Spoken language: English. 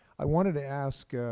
i wanted to ask,